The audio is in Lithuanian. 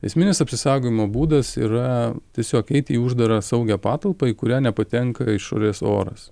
esminis apsisaugojimo būdas yra tiesiog eiti į uždarą saugią patalpą į kurią nepatenka išorės oras